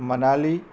Manali